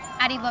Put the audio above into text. addie, look,